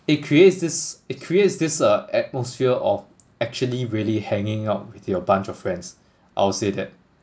it creates this it creates this uh atmosphere of actually really hanging out with your bunch of friends I'll say that